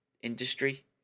industry